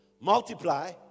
multiply